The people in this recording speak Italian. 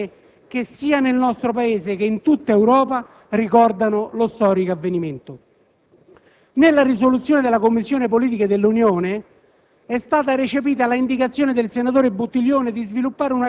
Registriamo con soddisfazione il fiorire di iniziative che sia nel nostro Paese che in tutta Europa ricordano lo storico avvenimento. Nella risoluzione della Commissione Politiche dell'Unione